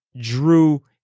drew